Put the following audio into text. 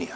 i